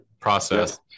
process